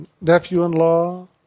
nephew-in-law